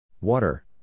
Water